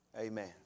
Amen